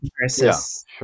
versus